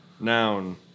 Noun